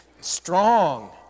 strong